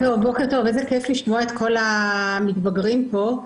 בוקר טוב, איזה כיף לשמוע את כל המתבגרים פה.